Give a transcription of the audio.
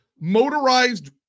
motorized